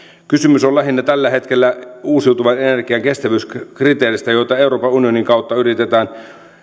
kysymys on tällä hetkellä lähinnä uusiutuvan energian kestävyyskriteereistä joita euroopan unionin kautta yritetään